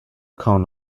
cone